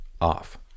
off